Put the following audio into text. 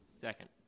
second